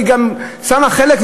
היא גם שמה חלק,